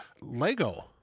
Lego